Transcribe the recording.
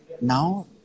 now